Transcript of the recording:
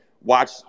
Watch